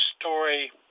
story